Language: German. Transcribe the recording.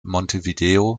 montevideo